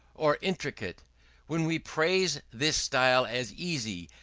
or intricate when we praise this style as easy,